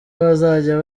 bazajya